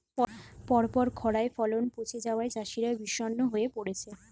পরপর খড়ায় ফলন পচে যাওয়ায় চাষিরা বিষণ্ণ হয়ে পরেছে